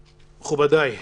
מכובדיי,